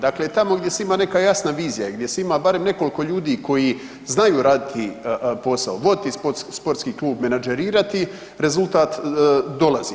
Dakle, tamo gdje se ima neka jasna vizija i gdje ima barem nekoliko ljudi koji znaju raditi posao, voditi sportski klub, menadžerirati, rezultat dolazi.